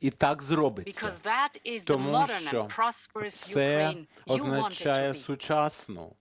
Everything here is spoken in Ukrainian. і так зробиться. Тому що це означає сучасну